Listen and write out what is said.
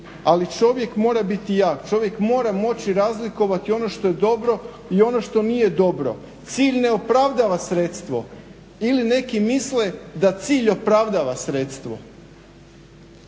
Ali čovjek mora biti jak, čovjek mora moći razlikovati ono što je dobro i ono što nije dobro. Cilj ne opravdava sredstvo ili neki misle da cilj opravdava sredstvo.